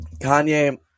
Kanye